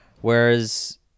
Whereas